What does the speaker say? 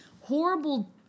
horrible